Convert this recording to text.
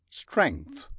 strength